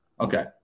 Okay